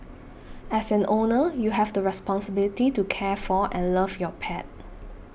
as an owner you have the responsibility to care for and love your pet